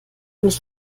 mich